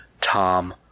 tom